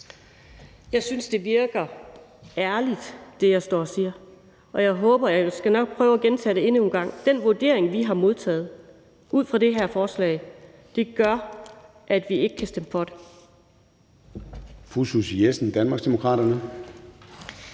Jeg synes, det, jeg står og siger, virker ærligt, og jeg skal nok prøve at gentage det endnu en gang: Den vurdering, vi har modtaget, af det her forslag, gør, at vi ikke kan stemme for det.